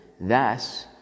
thus